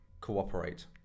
cooperate